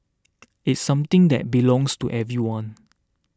it's something that belongs to everyone